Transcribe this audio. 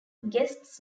guests